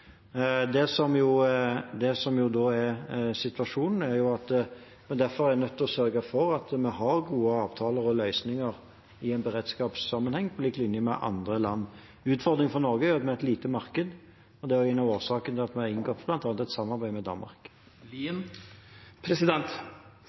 Situasjonen er derfor at vi er nødt til å sørge for at vi i en beredskapssammenheng har gode avtaler og løsninger, på lik linje med andre land. Utfordringen for Norge er at vi er et lite marked. Det er også en av årsakene til at vi bl.a. har inngått et samarbeid med Danmark.